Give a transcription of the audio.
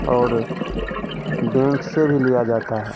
और बेंक से भी लिया जाता है